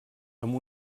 amb